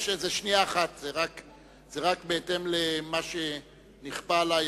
התשס"ט 2009. בבקשה, חבר הכנסת לוין,